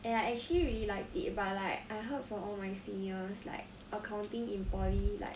and I actually really liked it but like I heard from all my seniors like accounting in poly like